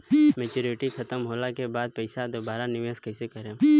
Maturity खतम होला के बाद पईसा दोबारा निवेश कइसे करेम?